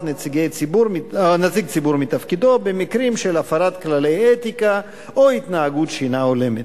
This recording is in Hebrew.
נציג ציבור מתפקידו במקרים של הפרת כללי אתיקה או התנהגות שאינה הולמת.